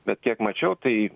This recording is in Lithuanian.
bet kiek mačiau tai